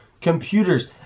computers